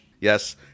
Yes